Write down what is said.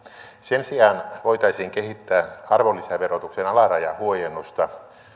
sen sijaan voitaisiin kehittää arvonlisäverotuksen alarajahuojennusta